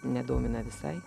nedomina visai